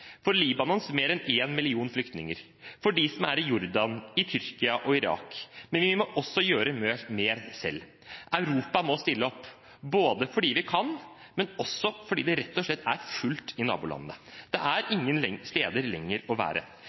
for Libanons mer enn én million flyktninger, for dem som er i Jordan, i Tyrkia og i Irak. Men vi må også gjøre mer selv. Europa må stille opp, både fordi vi kan, og rett og slett fordi det er fullt i nabolandene. Det er ingen steder å være